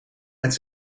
met